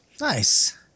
Nice